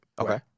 Okay